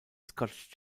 scottish